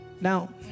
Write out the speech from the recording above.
Now